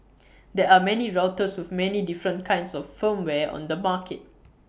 there are many routers with many different kinds of firmware on the market